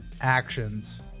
actions